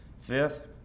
Fifth